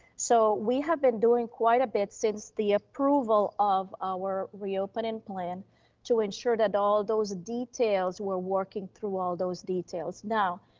so we have been doing quite a bit since the approval of our reopening plan to ensure that all those details, we're working through all those details. now,